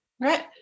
Right